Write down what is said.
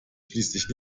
schließlich